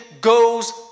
goes